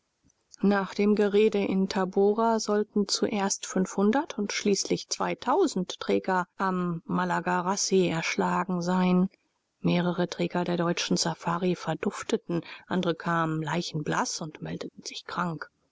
nach dem gerede in tabora sollten zuerst fünfhundert und schließlich zweitausend träger am malagarassi erschlagen sein mehrere träger der deutschen safari verdufteten andere kamen leichenblaß und meldeten sich krank